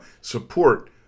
Support